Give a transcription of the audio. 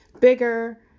Bigger